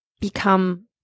become